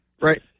Right